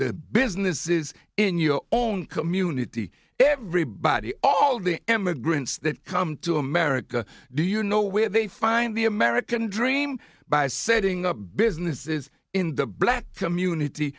the business is in your own community everybody all the immigrants that come to america do you know where they find the american dream by setting up a business is in the black community